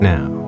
Now